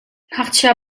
ngakchia